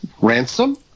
Ransom